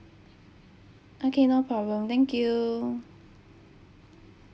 okay no problem thank you